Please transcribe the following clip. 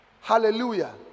Hallelujah